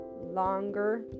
longer